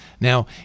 Now